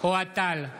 אוהד טל,